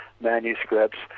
manuscripts